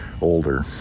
older